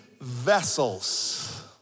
vessels